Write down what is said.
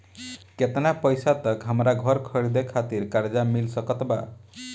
केतना पईसा तक हमरा घर खरीदे खातिर कर्जा मिल सकत बा?